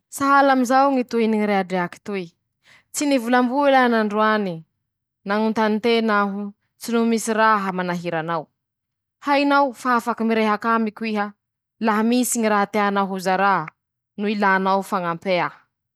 Ñy Kolotsay an'Alimaiñy añe :-Mana ñy soatoavin-drozy roze noho fiaiña andavanandro, manahaky anizayñy fañajan-drozy ñy rariny, rozy ao mifototsy aminy ñy fahaleovan-tena ;manahaky anizay koa ñy sakafondrozy ao noho ñy raha inomin-drozy, mana ñy famboaran-drozy azy rozy manahaky ñy labiera zay.